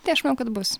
tai aš manau kad bus